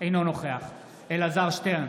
אינו נוכח אלעזר שטרן,